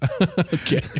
Okay